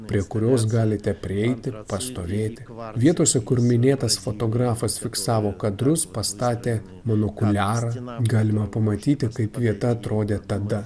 prie kurios galite prieiti pastovėti vietose kur minėtas fotografas fiksavo kadrus pastatė monokuliarą galima pamatyti kaip vieta atrodė tada